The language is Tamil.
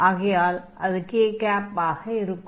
ஆகையால் அது k ஆக இருக்கும்